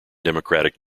democratic